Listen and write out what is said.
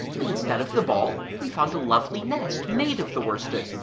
and instead of the ball we found a lovely nest made of the worsted,